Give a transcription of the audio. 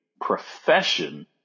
profession